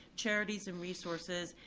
charities and resources,